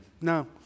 no